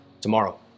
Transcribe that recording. tomorrow